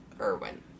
Irwin